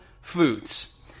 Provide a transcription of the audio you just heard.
foods